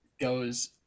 goes